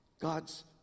God's